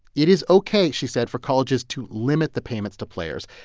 it is ok, she said, for colleges to limit the payments to players.